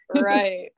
Right